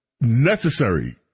Necessary